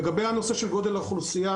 לגבי הנושא של גודל האוכלוסייה,